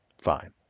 fine